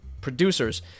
producers